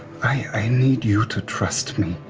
i need you to trust me.